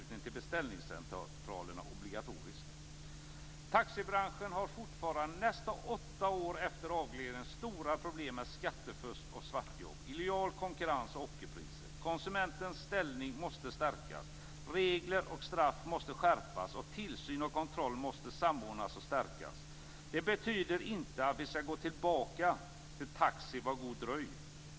Taxibranschen har fortfarande, nästan åtta år efter avregleringen, stora problem med skattefusk, svartjobb, illojal konkurrens och ockerpriser. Konsumentens ställning måste stärkas. Regler och straff måste skärpas, och tillsyn och kontroll måste samordnas och stärkas. Det betyder inte att vi skall gå tillbaka till "Taxi, var god dröj!